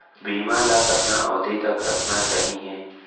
बीमा ल कतना अवधि तक रखना सही हे?